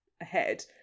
ahead